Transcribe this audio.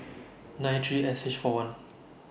nine three S H four one